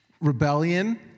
Rebellion